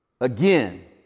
Again